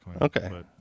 okay